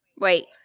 Wait